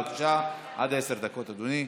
בבקשה, עד עשר דקות, אדוני.